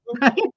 right